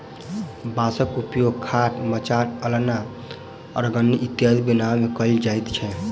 बाँसक उपयोग खाट, मचान, अलना, अरगनी इत्यादि बनबै मे कयल जाइत छै